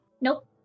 Nope